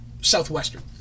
southwestern